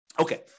Okay